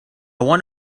want